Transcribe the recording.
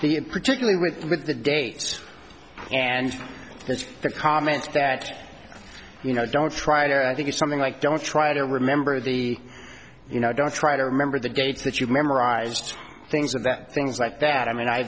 the in particularly with the dates and it's the comments that you know don't try to i think it's something like don't try to remember the you know don't try to remember the gates that you've memorized things and that things like that i mean i